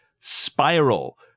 Spiral